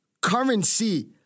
currency